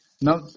Now